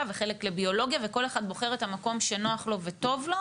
וחלק לביולוגיה וכל אחד בוחר את המקום שנוח לו וטוב לו,